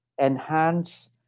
enhance